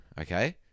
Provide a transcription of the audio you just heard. Okay